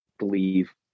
believe